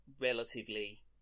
relatively